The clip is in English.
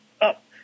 up